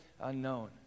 unknown